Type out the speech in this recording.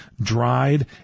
dried